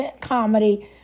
comedy